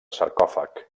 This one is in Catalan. sarcòfag